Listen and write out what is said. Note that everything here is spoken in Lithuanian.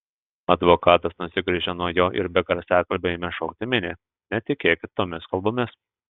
advokatas nusigręžė nuo jo ir be garsiakalbio ėmė šaukti miniai netikėkit tomis kalbomis